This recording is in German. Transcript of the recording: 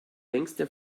längste